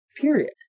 Period